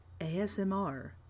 ASMR